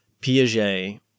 Piaget